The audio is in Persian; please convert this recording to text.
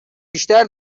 بیشتر